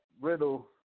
Riddle